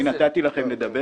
אני נתתי לכם לדבר